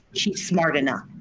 she's smart enough.